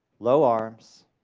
low arms,